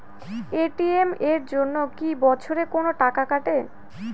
ATM এর জন্যে কি বছরে কোনো টাকা কাটে?